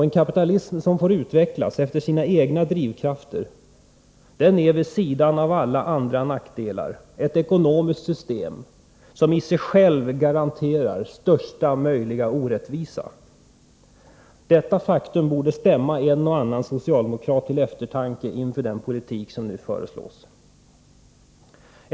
En kapitalism som får utvecklas efter sina egna drivkrafter är — vid sidan av alla andra nackdelar — också ett ekonomiskt system som i sig självt garanterar största möjliga orättvisa. Detta faktum borde stämma en och annan socialdemokrat till eftertanke inför den politik som nu föreslås.